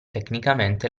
tecnicamente